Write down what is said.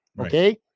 Okay